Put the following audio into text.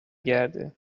گرده